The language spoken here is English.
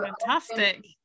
fantastic